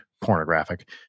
pornographic